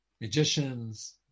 magicians